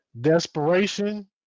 desperation